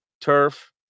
turf